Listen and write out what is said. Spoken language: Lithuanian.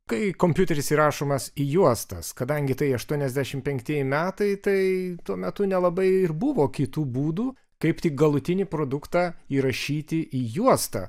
kai kompiuteris įrašomas į juostas kadangi tai aštuoniasdešim penktieji metai tai tuo metu nelabai ir buvo kitų būdų kaip tik galutinį produktą įrašyti į juostą